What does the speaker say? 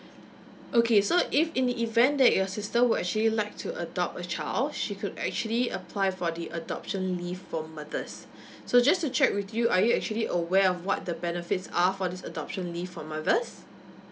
okay so if in the event that your sister will actually like to adopt a child she could actually apply for the adoption leave for mothers so just to check with you are you actually aware of what the benefits are for this adoption leave for mothers